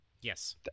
Yes